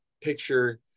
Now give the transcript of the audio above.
picture